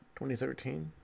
2013